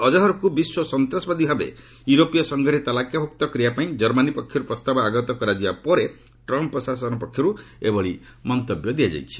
ଅଜ୍ହର୍କୁ ବିଶ୍ୱ ସନ୍ତ୍ରାସବାଦୀ ଭାବେ ୟୂରୋପୀୟ ସଂଘରେ ତାଲିକାଭ୍ରକ୍ତ କରିବାପାଇଁ ଜର୍ମାନୀ ପକ୍ଷର୍ ପ୍ରସ୍ତାବ ଆଗତ କରାଯିବା ପରେ ଟ୍ରମ୍ପ୍ ପ୍ରଶାସନ ଏଭଳି ମତବ୍ୟକ୍ତ କରିଛି